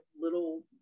little